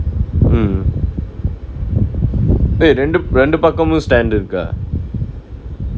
dey ரெண்டு ரெண்டு பக்கமு:rendu rendu pakkamu stand இருக்கா:irukkaa